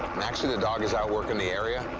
and actually, the dog is out working the area.